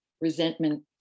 resentment